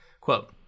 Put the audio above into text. Quote